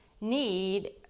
need